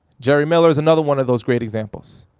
jerry miller is another one of those great examples.